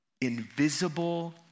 invisible